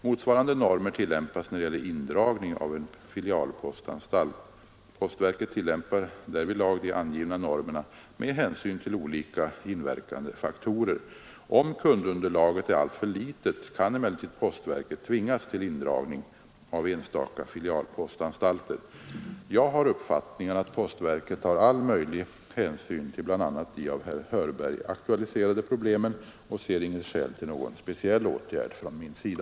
Motsvarande normer tillämpas när det gäller indragning av en filialpostanstalt. Postverket tillämpar därvidlag de angivna normerna med hänsyn till olika inverkande faktorer. Om kundunderlaget är alltför litet kan emellertid postverket tvingas till indragning av enstaka filialpostanstalter. Jag har den uppfattningen att postverket tar all möjlig hänsyn till bl.a. de av herr Hörberg aktualiserade problemen och ser inget skäl till någon speciell åtgärd från min sida.